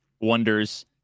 wonders